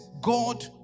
God